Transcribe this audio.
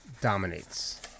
dominates